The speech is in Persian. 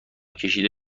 کشیده